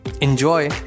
Enjoy